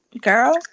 girl